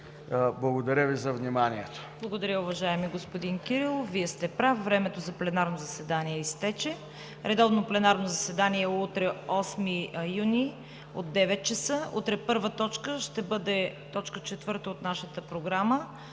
Благодаря Ви за вниманието.